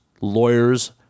lawyers